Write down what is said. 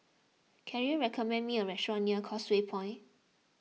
can you recommend me a restaurant near Causeway Point